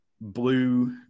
blue